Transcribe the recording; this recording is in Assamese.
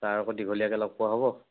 ছাৰকো দীঘলীয়াকৈ লগ পোৱা হ'ব